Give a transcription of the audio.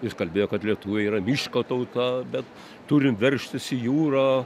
jis kalbėjo kad lietuviai yra miško tauta bet turim veržtis į jūrą